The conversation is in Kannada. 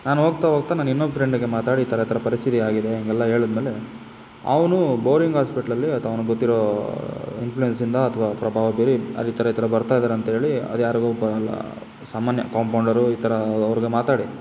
ನಾನು ಹೋಗ್ತಾ ಹೋಗ್ತಾ ನನ್ನ ಇನ್ನೊಬ್ಬ ಫ್ರೆಂಡಿಗೆ ಮಾತಾಡಿ ಈ ಥರ ಈ ಥರ ಪರಿಸ್ಥಿತಿ ಆಗಿದೆ ಹಾಗೆಲ್ಲ ಹೇಳಿದ ಮೇಲೆ ಅವನು ಬೋರಿಂಗ್ ಆಸ್ಪೆಟ್ಲಲ್ಲಿ ಅದು ಅವ್ನಿಗೆ ಗೊತ್ತಿರೋ ಇನ್ಫ್ಲುಯೆನ್ಸಿಂದ ಅಥವಾ ಪ್ರಭಾವ ಬೀರಿ ಅಲ್ಲಿ ಈ ಥರ ಈ ಥರ ಬರ್ತಾ ಇದ್ದಾರೆ ಅಂತ ಹೇಳಿ ಅದು ಯಾರಿಗೋ ಸಾಮಾನ್ಯ ಕಾಂಪೌಂಡರೋ ಈ ಥರ ಅವರಿಗೆ ಮಾತಾಡಿ